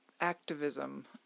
activism